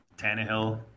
Tannehill